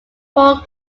paul